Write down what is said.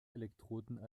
elektroden